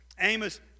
Amos